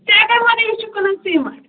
ژےٚ کٔمۍ ووٚنَے أسۍ چھِ کٕنان سیٖمَٹھ